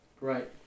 Right